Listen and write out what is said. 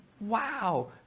wow